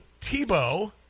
tebow